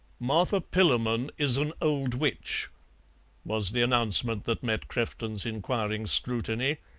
martha pillamon is an old witch was the announcement that met crefton's inquiring scrutiny,